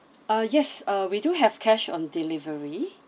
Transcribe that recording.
uh yes uh we do have cash on delivery